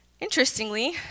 Interestingly